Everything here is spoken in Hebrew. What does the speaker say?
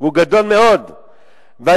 הוא גדול מאוד ו"הישרדות"